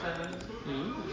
Seven